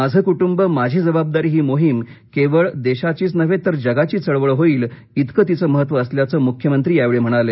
माझे कुटुंब माझी जबाबदारी ही मोहीम ही केवळ देशाचीच नव्हे तर जगाची चळवळ होईल इतकं तिचं महत्त्व असल्याचं मुख्यमंत्री यावेळी म्हणाले